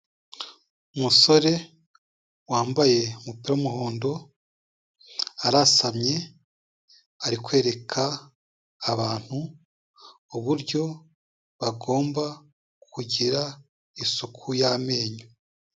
Umusore wambaye umupira w'umuhondo, arasamye ari kwereka abantu uburyo bagomba kugira isuku y'amenyo.